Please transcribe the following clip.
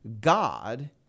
God